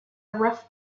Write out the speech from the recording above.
rough